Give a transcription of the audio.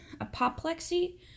apoplexy